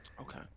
Okay